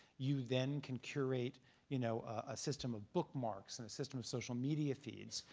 you then can curate you know a system of bookmarks and a system of social media feeds.